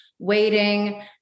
waiting